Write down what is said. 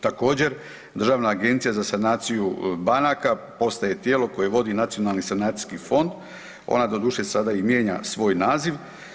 Također Državna agencija za sanaciju banaka postaje tijelo koje vodi nacionalni sanacijski fond, ona doduše sada i mijenja svoj naziv.